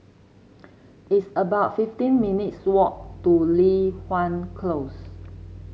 it's about fifteen minutes walk to Li Hwan Close